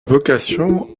vocation